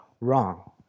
wrong